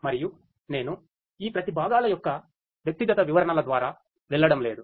మరియు నేను ఈ ప్రతి భాగాల యొక్క వ్యక్తిగత వివరణల ద్వారా వెళ్ళడం లేదు